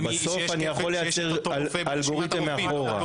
אבל בסוף אני יכול לייצר אלגוריתם מאחורה.